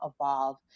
evolve